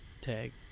tag